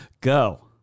go